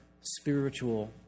spiritual